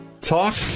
Talk